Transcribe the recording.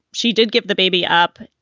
she did give the baby up.